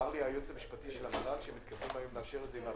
נעולה.